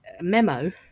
memo